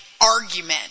argument